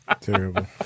Terrible